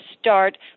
start